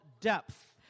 depth